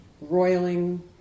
roiling